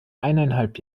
eineinhalb